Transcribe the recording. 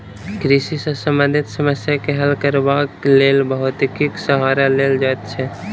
कृषि सॅ संबंधित समस्या के हल करबाक लेल भौतिकीक सहारा लेल जाइत छै